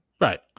Right